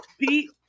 Pete